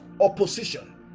opposition